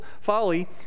folly